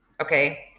Okay